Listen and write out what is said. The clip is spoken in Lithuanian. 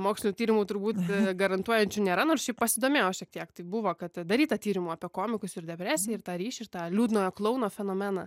mokslinių tyrimų turbūt garantuojančių nėra nors šiaip pasidomėjau aš šiek tiek tai buvo kad daryta tyrimų apie komikus ir depresiją tą ryšį ir tą liūdnojo klouno fenomeną